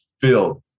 filled